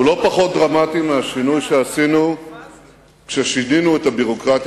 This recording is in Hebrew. הוא לא פחות דרמטי מהשינוי שעשינו כששינינו את הביורוקרטיה